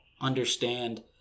understand